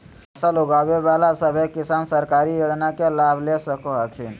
फसल उगाबे बला सभै किसान सरकारी योजना के लाभ ले सको हखिन